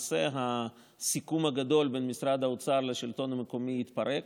למעשה הסיכום הגדול בין משרד האוצר לשלטון המקומי יתפרק,